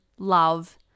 love